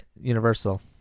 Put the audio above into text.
Universal